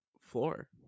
floor